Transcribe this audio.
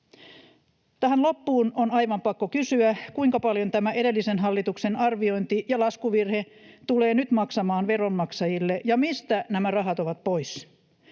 Tähän loppuun on aivan pakko kysyä, kuinka paljon tämä edellisen hallituksen arviointi ja laskuvirhe tulee nyt maksamaan veronmaksajille, ja mistä nämä rahat ovat pois.